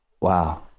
Wow